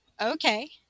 okay